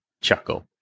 chuckle